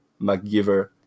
McGiver